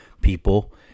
people